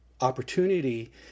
Opportunity